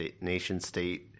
nation-state